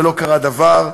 ולא קרה דבר,